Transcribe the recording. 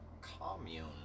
commune